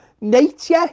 nature